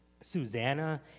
Susanna